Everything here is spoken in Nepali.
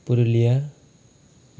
पुरुलिया